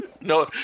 No